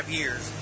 years